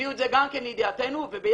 תביאו את זה גם כן לידיעתנו וביחד